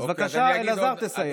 אז בבקשה, אלעזר, תסיים.